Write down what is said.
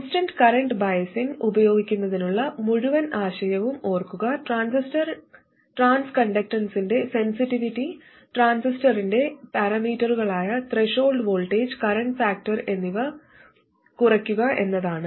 constant current biasing ഉപയോഗിക്കുന്നതിനുള്ള മുഴുവൻ ആശയവും ഓർക്കുക ട്രാൻസിസ്റ്റർ ട്രാൻസ്കണ്ടക്റ്റൻസിന്റെ സെൻസിറ്റിവിറ്റി ട്രാൻസിസ്റ്ററിന്റെ പാരാമീറ്ററുകളായ ത്രെഷോൾഡ് വോൾട്ടേജ് കറന്റ് ഫാക്ടർ എന്നിവ കുറയ്ക്കുക എന്നതാണ്